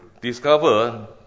discover